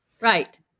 Right